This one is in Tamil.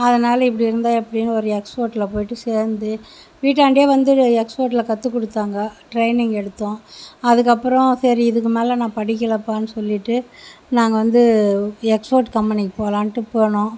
அதனால் இப்படி இருந்தால் எப்படின்னு ஒரு எக்ஸ்போர்ட்டில போயிவிட்டு சேர்ந்து வீட்டாண்டையே வந்து எக்ஸ்போர்ட்டில கற்று கொடுத்தாங்க டிரைனிங் எடுத்தோம் அதற்கப்பறம் சரி இதுக்கு மேலே நான் படிக்கலப்பான்னு சொல்லிவிட்டு நாங்கள் வந்து எக்ஸ்போர்ட் கம்பெனிக்கு போகலான்ட்டு போனோம்